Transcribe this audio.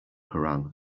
koran